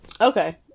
Okay